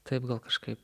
taip gal kažkaip